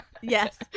Yes